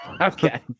Okay